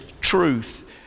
truth